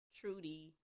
Trudy